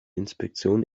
inspektion